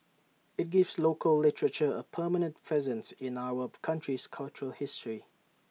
IT gives local literature A permanent presence in our country's cultural history